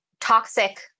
toxic